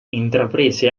intraprese